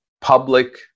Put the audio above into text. public